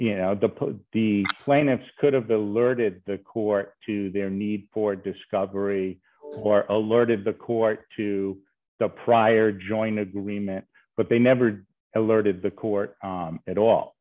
you know to put the plaintiff could have alerted the court to their need for discovery or alerted the court to the prior joint agreement but they never alerted the court at all